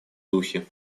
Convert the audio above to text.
духе